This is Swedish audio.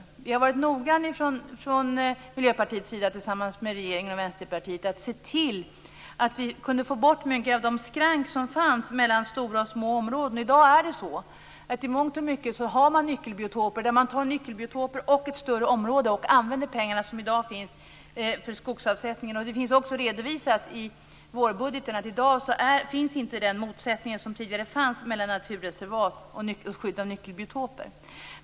Vi har från Miljöpartiet, regeringen och Vänsterpartiet varit noga med att se till att vi kunde få bort många av de skrank som fanns mellan stora och små områden. I dag är det så att man i mångt och mycket har nyckelbiotoper. Man tar nyckelbiotoper och ett större område och använder de pengar som i dag finns för skogsavsättningen. Det finns också redovisat i vårbudgeten att det i dag inte finns den motsättning som tidigare fanns mellan naturreservat och skydd av nyckelbiotoper.